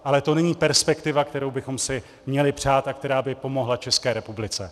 Ale to není perspektiva, kterou bychom si měli přát a která by pomohla České republice.